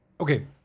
Okay